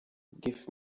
give